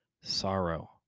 sorrow